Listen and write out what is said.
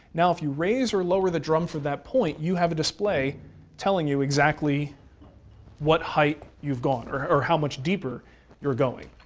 now if you raise or lower the drum from that point, you have a display telling you exactly what height you've gone, or how much deeper you're going.